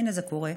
הינה, זה קורה.